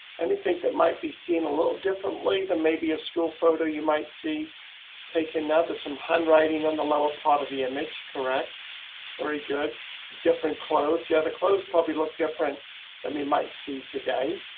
and they think that might be seen a little differently than maybe a school photo you might see take another some handwriting on the lower part of the image correct or a good the different clouds. yeah, the clothes probably look different than we might see today.